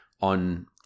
on